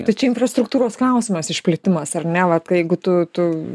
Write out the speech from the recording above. tai čia infrastruktūros klausimas išplitimas ar ne vat kai jeigu tu tu